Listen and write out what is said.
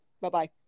Bye-bye